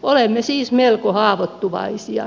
olemme siis melko haavoittuvaisia